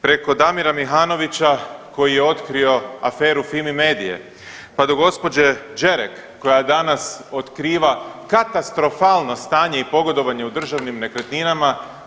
Preko Damira Mihanovića koji je otkrio aferu Fimi-medie, pa do gospođe Đerek koja danas otkriva katastrofalno stanje i pogodovanje u državnim nekretninama.